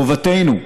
חובתנו,